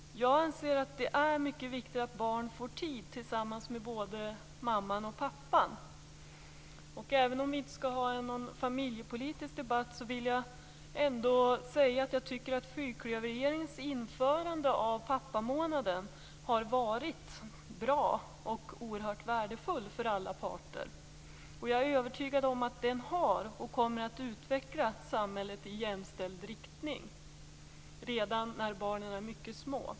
Jag anser att det är mycket viktigt att barn får tid tillsammans med både mamman och pappan. Även om vi inte skall ha någon familjepolitisk debatt vill jag ändå säga att fyrklöverregeringens införande av pappamånaden har varit bra och oerhört värdefull för alla parter. Jag är övertygad om att den har utvecklat och kommer att utveckla samhället i jämställd riktning redan när barnen är mycket små.